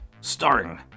starring